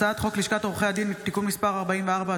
הצעת חוק לשכת עורכי הדין (תיקון מס' 44),